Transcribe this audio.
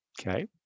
Okay